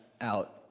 out